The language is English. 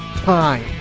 time